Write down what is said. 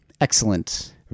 Excellent